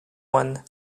moines